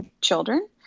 children